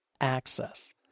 access